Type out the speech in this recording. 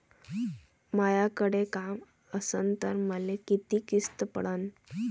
मायाकडे काम असन तर मले किती किस्त पडन?